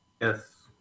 Yes